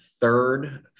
third